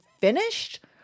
finished